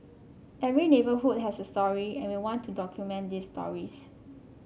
every neighbourhood has a story and we want to document these stories